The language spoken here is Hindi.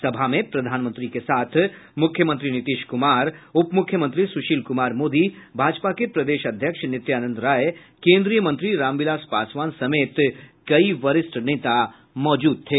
सभा में प्रधानमंत्री के साथ मुख्यमंत्री नीतीश कुमार उपमुख्यमंत्री सुशील मोदी भाजपा के प्रदेश अध्यक्ष नित्यानंद राय केंद्रीय मंत्री रामविलास पासवान समेत कई वरिष्ठ नेता मौजूद थे